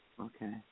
Okay